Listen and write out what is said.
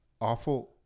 awful